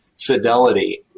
fidelity